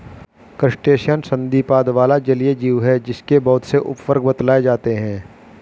crustacean संधिपाद वाला जलीय जीव है जिसके बहुत से उपवर्ग बतलाए जाते हैं